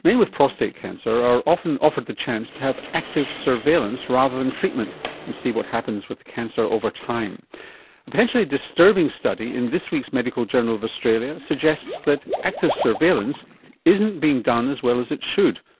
men with prostate cancer are often offered the chance to have active surveillance rather than treatment and see what happens with the cancer over time. a potentially disturbing study in this week's medical journal of australia suggests that active surveillance isn't being done as well as it should,